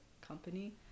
company